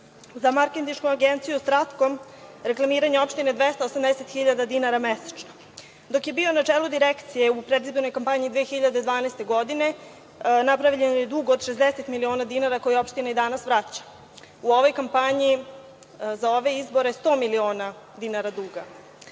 za marketinšku agenciju „Stratkom“ reklamiranje opštine 280.000 dinara mesečno. Dok je bio na čelu direkcije u predizbornoj kampanji 2012. godine napravljen je dug od 60 miliona dinara, koji opština i danas vraća. U ovoj kampanji za ove izbore – sto miliona dinara duga. Kad